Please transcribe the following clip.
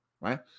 right